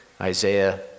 Isaiah